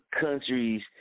countries